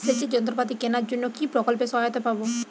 সেচের যন্ত্রপাতি কেনার জন্য কি প্রকল্পে সহায়তা পাব?